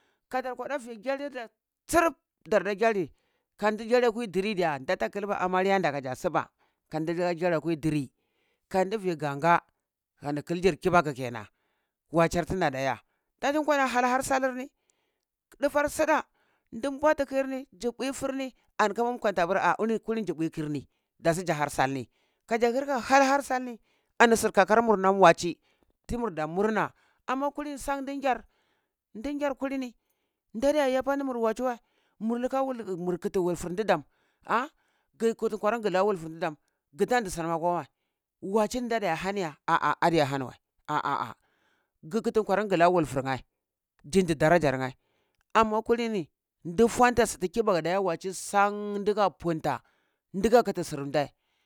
Kadar kuɗa vi gyalirda tsurup dadar gyali kandi gyali kwa diri diyah data kihba amaryan da kaza suba kanda gyali akwa diri kandi vi ganga ani hildir kibaku kenan wacer tidanda iya tadi pur kwa ahar salni dufar suda din bwati kiyirni zi bwei fur ni, an kwan ta pur a ini kuli zibue kirni dasu za ha salni, kaza lila haharsalni ani sir kakarmur nam watsi tumuda murna ama kulini san dingyar, din gyar kulini dadiya iya ni watsi wei mu lika wulfur din dam a gi kiti kwarngla wul fur dindam gitan di sunam kwa mai wathi dida iya hani ya, a a dada iya ahani wei ahah ah, gikiti kwaran gla wulfurnye zindi darajarnye, amma kulini du fonta sudi kibaku da iya watsi san dinka punta dika kiti sirdei